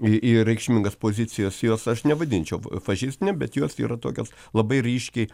į į reikšmingas pozicijas jos aš nevadinčiau fašistine bet jos yra tokios labai ryškiai